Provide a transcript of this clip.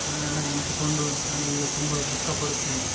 ಅದನ್ನೆಲ್ಲ ನೆನಸಿಕೊಂಡು ನಾನು ಈಗ ತುಂಬ ದುಃಖಪಡುತ್ತೇನೆ